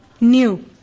new